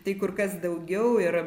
tai kur kas daugiau ir